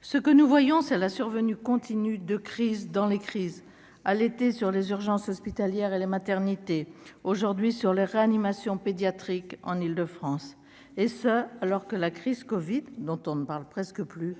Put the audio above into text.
ce que nous voyons c'est la survenue continue de crise dans les crises à l'été sur les urgences hospitalières et les maternités aujourd'hui sur la réanimation pédiatrique en Île-de-France et ce, alors que la crise Covid dont on ne parle presque plus,